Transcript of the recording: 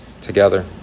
together